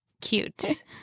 Cute